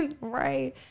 right